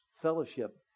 Fellowship